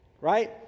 right